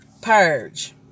purge